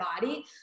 body